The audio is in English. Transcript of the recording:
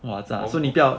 !wah! 早知道